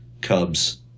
Cubs